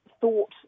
thought